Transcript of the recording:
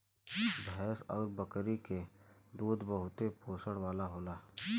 भैंस आउर बकरी के दूध बहुते पोषण वाला होला